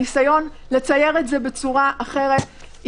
הניסיון לצייר את זה בצורה אחרת,